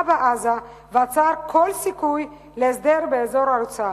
בעזה ועצר כל סיכוי להסדר באזור הרצועה.